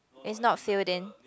is not filled in